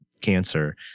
cancer